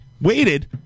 Waited